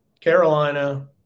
Carolina